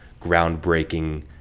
groundbreaking